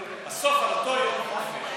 בסוף על אותו יום חופש,